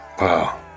Wow